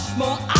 more